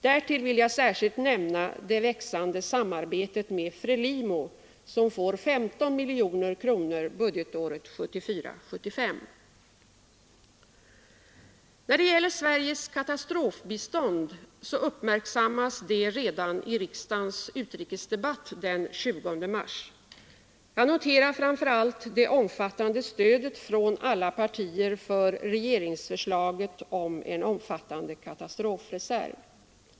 Därtill vill jag särskilt nämna det växande samarbetet med FRELIMO, som får 15 miljoner kronor budgetåret 1974/75. När det gäller Sveriges katastrofbistånd, så uppmärksammades detta redan i riksdagens utrikesdebatt den 20 mars. Jag noterar framför allt det omfattande stödet från alla partier för regeringsförslaget om en omfattande katastrofreserv.